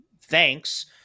Thanks